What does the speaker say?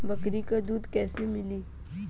बकरी क दूध कईसे मिली?